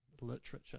literature